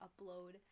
upload